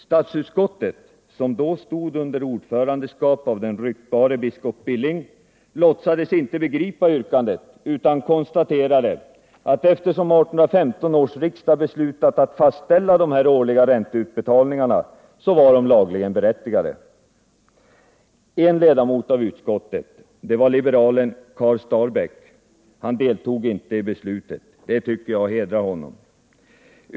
Statsutskottet, som då stod under ordförandeskap av den ryktbare biskop Billing, låtsades inte begripa yrkandet utan konstaterade att eftersom 1815 års riksdag beslutat fastställa de årliga ränteutbetalningarna så var de lagligen berättigade. En ledamot av utskottet — liberalen Karl Starbäck — deltog inte i beslutet. Det tycker jag hedrar honom.